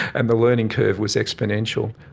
and the learning curve was exponential.